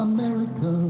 America